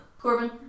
Corbin